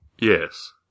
Yes